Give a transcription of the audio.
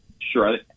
sure